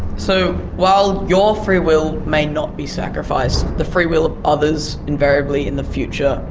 so, while your free will may not be sacrificed, the free will of others, invariably in the future,